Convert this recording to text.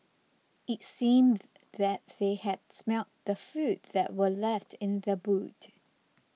it seemed that they had smelt the food that were left in the boot